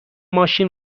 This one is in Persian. ماشین